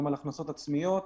גם על הכנסות עצמיות,